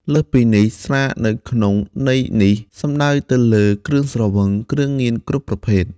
លើសពីនេះ ស្រានៅក្នុងន័យនេះសំដៅទៅលើគ្រឿងស្រវឹង គ្រឿងញៀនគ្រប់ប្រភេទ។